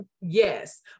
Yes